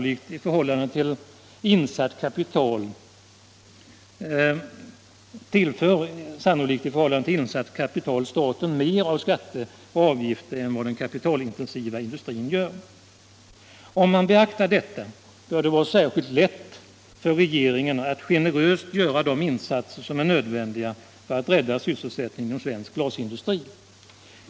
I förhållande till insatt kapital tillför glasbruken sannolikt staten mer av skatter och avgifter än vad den kapitalintensiva industrin gör. Om man beaktar detta bör det vara särskilt lätt för regeringen att generöst göra de insatser som är nödvändiga för att rädda sysselsättningen inom svensk glasindustri.